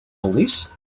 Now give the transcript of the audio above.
police